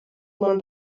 man